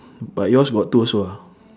but yours got two also ah